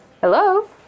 Hello